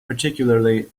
particularly